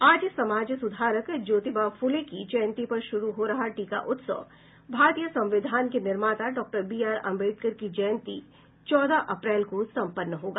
आज समाज सुधारक ज्योतिबा फूले की जयंती पर शुरू हो रहा टीका उत्सव भारतीय संविधान के निर्माता डॉक्टर बीआर अंबेडकर की जयंती चौदह अप्रैल को सम्पन्न होगा